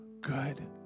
good